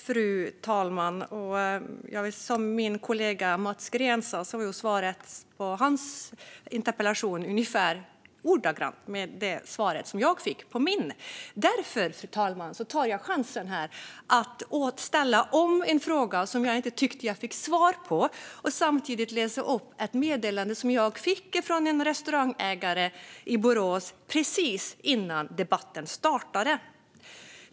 Fru talman! Som min kollega Mats Green sa var svaret på hans interpellation nästan exakt samma svar som jag fick på min interpellation. Därför tar jag chansen att ställa om en fråga som jag inte tycker att jag fick svar på. Jag ska också läsa upp ett meddelande som jag fick från en restaurangägare i Borås precis innan debatten startade.